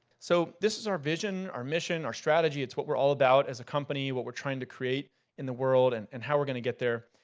so this is our vision, our mission, our strategy, it's what we're all about as a company, what we're trying to create in a world, and and how we're gonna get there.